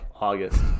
August